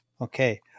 Okay